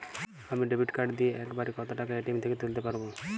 আমি debit card দিয়ে এক বারে কত টাকা এ.টি.এম থেকে তুলতে পারবো?